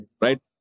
right